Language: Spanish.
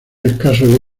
escaso